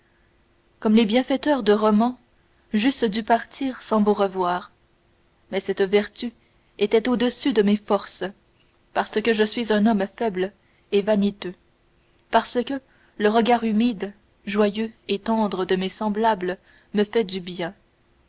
comme les bienfaiteurs de roman j'eusse dû partir sans vous revoir mais cette vertu était au-dessus de mes forces parce que je suis un homme faible et vaniteux parce que le regard humide joyeux et tendre de mes semblables me fait du bien